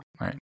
right